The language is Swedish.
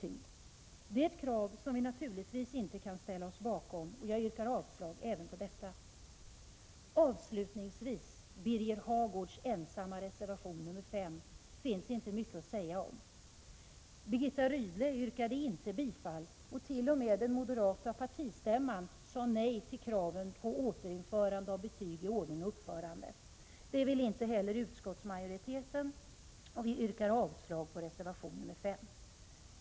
Det är ett krav som vi naturligtvis inte kan ställa oss bakom, och jag yrkar avslag även på detta. Avslutningsvis: Det finns det inte mycket att säga om Birger Hagårds reservation nr 5. Birgitta Rydle yrkade inte bifall till den, och t.o.m. den moderata partistämman sade nej till kravet på ett återinförande av betyg i ordning och uppförande. Utskottsmajoriteten vill inte heller stödja detta krav, och vi yrkar avslag på reservation nr 5.